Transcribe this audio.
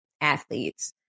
athletes